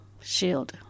shield